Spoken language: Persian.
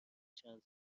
چند